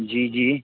جی جی